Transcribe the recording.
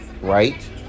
right